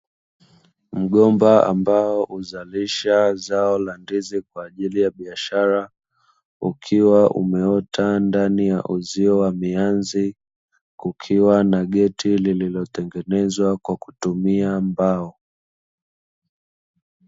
Mgomba ambao huzalisha zao la ndizi kwa ajili ya biashara, ukiwa umeota ndani ya uzio wa mianzi kukiwa na geti lililotengenezwa kwa kutumia mbao.